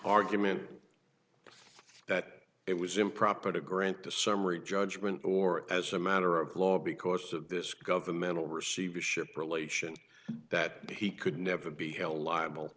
argument that it was improper to grant a summary judgment or as a matter of law because of this governmental receivership relation that he could never be held liable